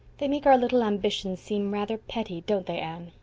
they make our little ambitions seem rather petty, don't they, anne?